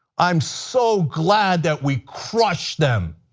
i am so glad that we crushed them.